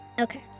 Okay